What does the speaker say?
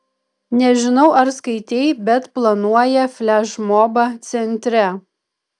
nežinau ar skaitei bet planuoja flešmobą centre